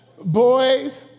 Boys